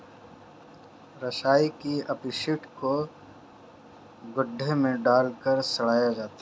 रसोई के अपशिष्ट को गड्ढे में डालकर सड़ाया जाता है